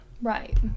right